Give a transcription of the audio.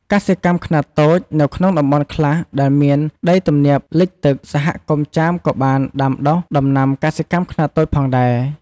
កសិកម្មខ្នាតតូច នៅក្នុងតំបន់ខ្លះដែលមានដីទំនាបលិចទឹក សហគមន៍ចាមក៏បានដាំដុះ ដំណាំកសិកម្មខ្នាតតូច ផងដែរ។